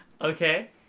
Okay